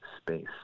space